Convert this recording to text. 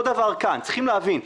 אותו דבר כאן, צריכים להבין.